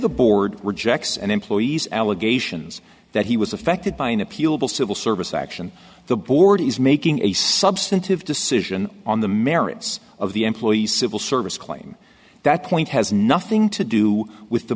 the board rejects an employee's allegations that he was affected by an appealable civil service action the board is making a substantive decision on the merits of the employee's civil service claim that point has nothing to do with the